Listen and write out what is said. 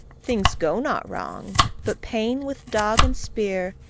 things go not wrong but pain, with dog and spear,